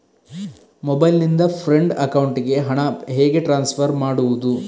Mobile ನಿಂದ friend ಅಕೌಂಟಿಗೆ ಹಣ ಹೇಗೆ ಟ್ರಾನ್ಸ್ಫರ್ ಮಾಡುವುದು?